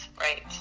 right